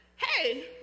Hey